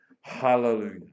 Hallelujah